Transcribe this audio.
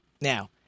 Now